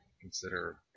consider